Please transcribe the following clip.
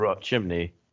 chimney